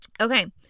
Okay